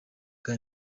bwa